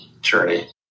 journey